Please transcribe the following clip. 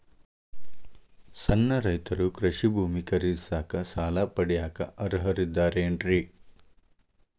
ಸಣ್ಣ ರೈತರು ಕೃಷಿ ಭೂಮಿ ಖರೇದಿಸಾಕ, ಸಾಲ ಪಡಿಯಾಕ ಅರ್ಹರಿದ್ದಾರೇನ್ರಿ?